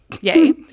yay